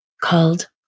called